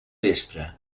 vespre